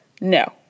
No